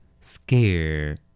scare